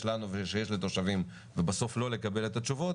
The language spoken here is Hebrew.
לנו ויש לתושבים ובסוף לא לקבל את התשובות,